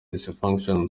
dysfunction